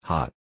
Hot